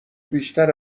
بیشتر